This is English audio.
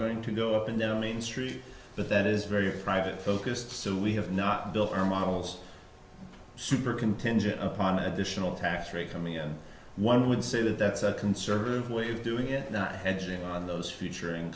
going to go up and then main street but that is very private focused so we have not built our models super contingent upon additional tax rate coming in one would say that that's a conservative way of doing it not hedging on those featuring